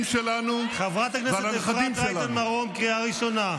חבר הכנסת בועז ביסמוט, קריאה ראשונה.